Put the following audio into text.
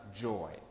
joy